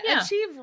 achieve